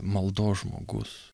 maldos žmogus